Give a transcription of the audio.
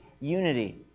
unity